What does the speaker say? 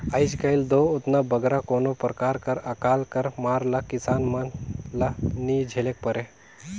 आएज काएल दो ओतना बगरा कोनो परकार कर अकाल कर मार ल किसान मन ल नी झेलेक परे